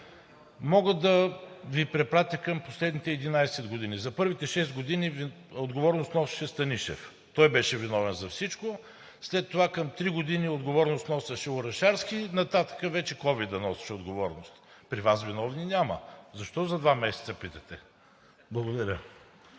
мога да Ви препратя към последните 11 години. За първите шест години отговорност носеше Станишев, той беше виновен за всичко. След това към три години отговорност носеше Орешарски. Нататък вече ковид-ът носеше отговорност. При Вас виновни няма! Защо за два месеца питате?! Благодаря.